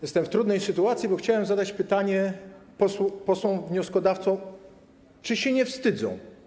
Jestem w trudnej sytuacji, bo chciałem zadać pytanie posłom wnioskodawcom, czy się nie wstydzą.